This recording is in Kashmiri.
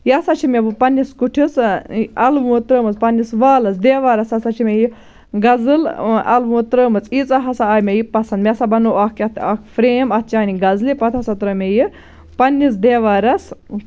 یہِ ہَسا چھِ مےٚ بہٕ پَنٛنِس کُٹھِس اَلوُت ترٲومٕژ پَنٛنِس والَس دٮ۪وارَس ہَسا چھِ مےٚ یہِ غزل اَلوُت ترٲومٕژ ییٖژاہ ہَسا آیہِ مےٚ یہِ پَسنٛد مےٚ ہَسا بَنوو اَکھ یَتھ اَکھ فرٛیم اَتھ چانہِ غزلہِ پَتہٕ ہَسا ترٲو مےٚ یہِ پَنٛنِس دٮ۪وارَس